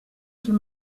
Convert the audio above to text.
sul